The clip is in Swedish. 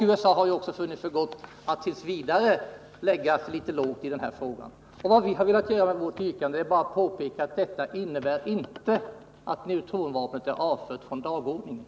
USA har också funnit för gott att t. v. lägga sig litet lågt i denna fråga. Vad vi har velat göra med vårt yrkande är bara att påpeka att detta inte innebär att neutronvapnet är avfört från dagordningen.